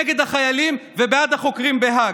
נגד החיילים ובעד החוקרים בהאג,